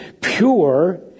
pure